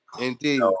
Indeed